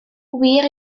wir